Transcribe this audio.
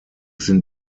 sind